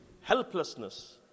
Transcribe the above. helplessness